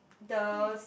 the